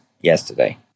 yesterday